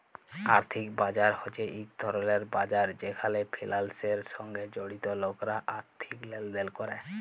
আর্থিক বাজার হছে ইক ধরলের বাজার যেখালে ফিলালসের সঙ্গে জড়িত লকরা আথ্থিক লেলদেল ক্যরে